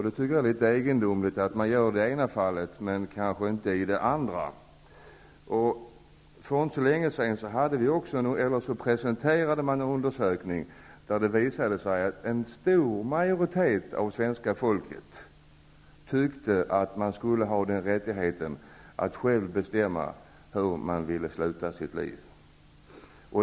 Det är litet egendomligt att man gör det i det ena fallet men inte i det andra. För inte så länge sedan presenterades en undersökning, där det visade sig att en stor majoritet av svenska folket tyckte att man skulle ha rättigheten att själv bestämma hur man ville sluta sitt liv.